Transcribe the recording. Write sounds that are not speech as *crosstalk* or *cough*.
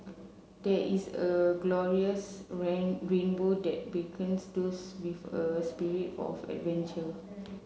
there is a glorious *unintelligible* rainbow that beckons those with a spirit of adventure